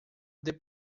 the